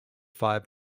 five